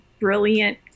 brilliant